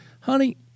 honey